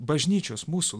bažnyčios mūsų